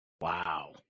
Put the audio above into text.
wow